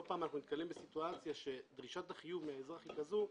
פעם אנחנו נתקלים במצב שבו דרישת החיוב מהאזרח היא כזאת,